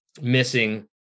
missing